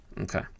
okay